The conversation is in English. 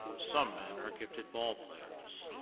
some men are gifted ballplayers.